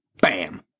Bam